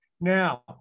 Now